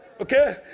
Okay